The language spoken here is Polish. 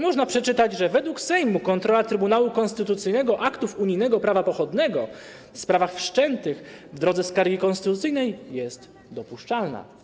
Można przeczytać, że według Sejmu kontrola Trybunału Konstytucyjnego aktów unijnego prawa pochodnego w sprawach wszczętych w drodze skargi konstytucyjnej jest dopuszczalna.